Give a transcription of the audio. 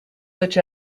such